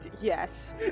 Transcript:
Yes